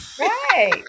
right